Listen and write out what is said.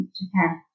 Japan